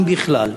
אם בכלל.